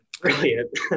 brilliant